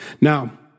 Now